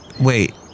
Wait